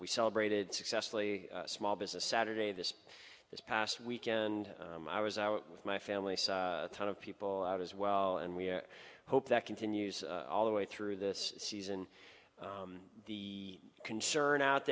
we celebrated successfully small business saturday this this past weekend i was out with my family of people out as well and we hope that continues all the way through this season the concern out